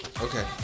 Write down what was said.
Okay